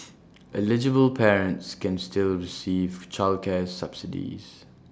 eligible parents can still receive childcare subsidies